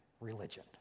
religion